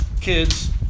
kids